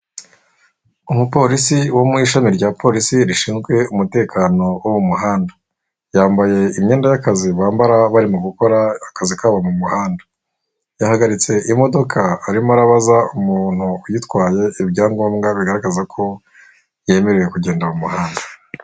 Umupolisi wo mu ishami rya polisi rishinzwe umutekano wo mu muhanda, yambaye imyenda y'akazi bambara barimo gukora akazi kabo mu muhanda yahagaritse imodoka arimo arabaza umuntu yitwaye ibyangombwa bigaragaza ko yemerewe kugenda mu muhanda.